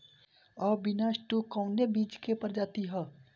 अविनाश टू कवने बीज क प्रजाति ह?